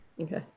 Okay